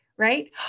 right